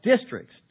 districts